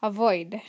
Avoid